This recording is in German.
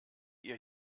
ihr